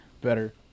Better